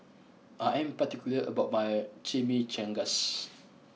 I am particular about my Chimichangas